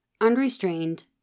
unrestrained